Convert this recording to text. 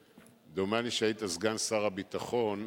שדומני שכשהיית סגן שר הביטחון,